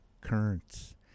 currents